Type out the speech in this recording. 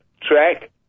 track